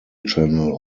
channel